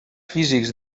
físics